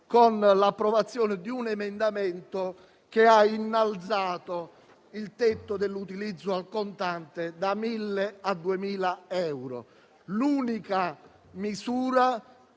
con l'approvazione di un emendamento che ha innalzato il tetto dell'utilizzo del contante da 1.000 a 2.000 euro. Si tratta